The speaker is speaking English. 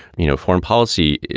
you know, foreign policy